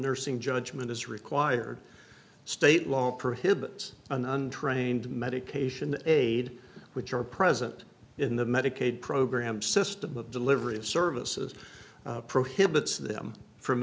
nursing judgement is required state law prohibits an untrained medication aid which are present in the medicaid program system of delivery of services prohibits them from